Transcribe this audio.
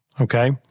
okay